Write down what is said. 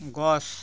গছ